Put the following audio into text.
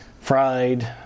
Fried